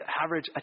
average